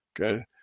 Okay